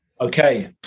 okay